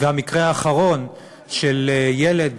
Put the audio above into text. והמקרה האחרון של ילד,